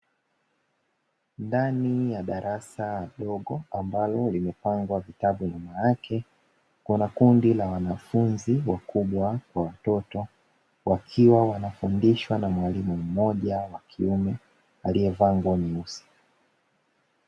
Ndani ya darasa dogo, ambalo limepangwa vitabu nyuma yake, kuna kundi la wanafunzi; wakubwa kwa watoto, wakiwa wanafundishwa na mwalimu mmoja wa kiume aliyevaa nguo nyeusi.